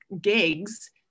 gigs